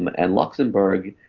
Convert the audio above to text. um and luxembourg,